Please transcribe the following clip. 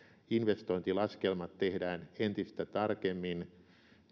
investointilaskelmat tehdään entistä tarkemmin